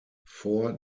vor